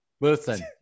Listen